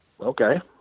okay